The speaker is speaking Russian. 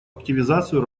активизацию